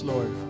Lord